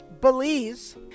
Belize